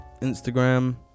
Instagram